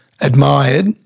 admired